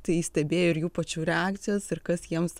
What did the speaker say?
tai stebėjo ir jų pačių reakcijas ir kas jiems